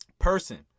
person